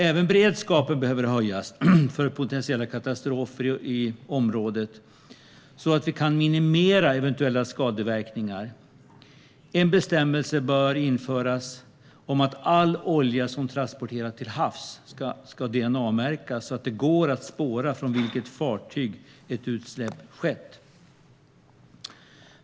Även beredskapen behöver höjas för potentiella katastrofer i Östersjöområdet så att vi kan minimera eventuella skadeverkningar. En bestämmelse bör införas om att all olja som transporteras till havs ska DNA-märkas så att det går att spåra från vilket fartyg ett utsläpp skett.